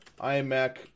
iMac